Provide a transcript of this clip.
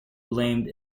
blamed